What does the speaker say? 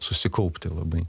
susikaupti labai